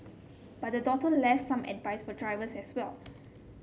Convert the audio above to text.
but the daughter left some advice for drivers as well